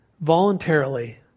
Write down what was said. voluntarily